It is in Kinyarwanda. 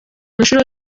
nshuro